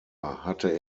hatte